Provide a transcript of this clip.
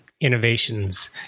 innovations